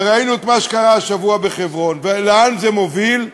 וראינו את מה שקרה השבוע בחברון ולאן זה מוביל,